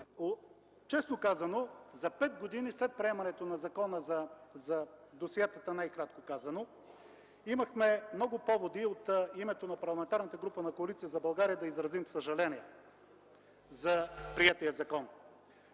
Честно казано, за 5 години след приемането на Закона за досиетата, имахме много поводи от името на Парламентарната група на Коалиция за България да изразим съжаление за приетия закон.